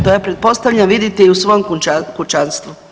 To ja pretpostavljam vidite i u svom kućanstvu.